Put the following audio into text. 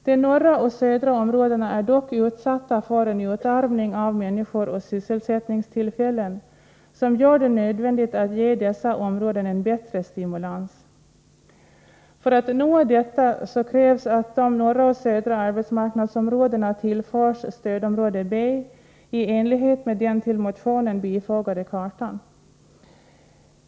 De norra och södra områdena är dock utsatta för en utarmning av människor och sysselsättningstillfällen som gör det nödvändigt att ge dessa områden en bättre stimulans. För att detta skall kunna uppnås krävs att de södra och norra arbetsmarknadsområdena tillförs stödområde B i enlighet med den till motionen fogade kartan.